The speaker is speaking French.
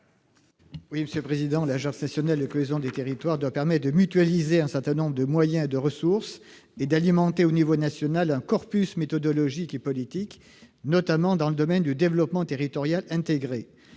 à M. Jean-Jacques Lozach. L'agence nationale de la cohésion des territoires doit permettre de mutualiser un certain nombre de moyens et de ressources et d'alimenter au niveau national un corpus méthodologique et politique, notamment dans le domaine du développement territorial intégré.